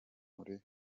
muri